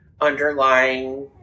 underlying